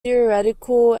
theoretical